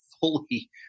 fully –